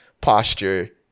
posture